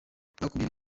bakomeye